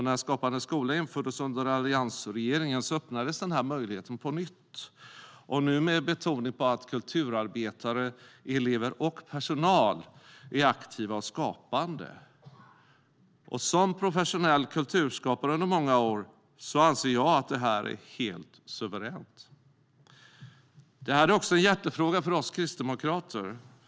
När Skapande skola infördes under alliansregeringen öppnades möjligheten på nytt, nu med betoning på att kulturarbetare, elever och personal är aktiva och skapande. Som professionell kulturskapare under många år anser jag att det är helt suveränt. Detta är också en hjärtefråga för oss kristdemokrater.